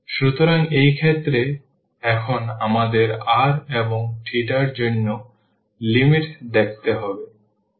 সুতরাং এই ক্ষেত্রে এখন আমাদের r এবং θ জন্য লিমিট দেখতে হবে